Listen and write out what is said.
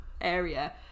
area